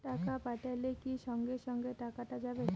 টাকা পাঠাইলে কি সঙ্গে সঙ্গে টাকাটা যাবে?